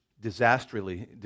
disastrously